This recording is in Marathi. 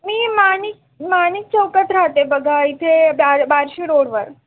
मी माणिक माणिक चौकात राहते बघा इथे ब बार्शी रोडवर